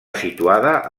situada